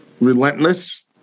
relentless